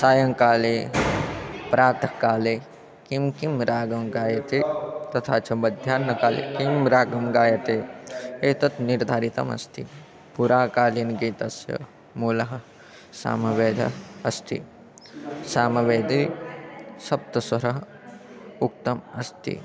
सायङ्काले प्रातःकाले किं किं रागं गायते तथा च मध्याह्नकाले किं रागं गायते एतत् निर्धारितमस्ति पुराकालीनगीतस्य मूलः सामवेदः अस्ति सामवेदे सप्तस्वरः उक्तम् अस्ति